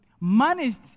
managed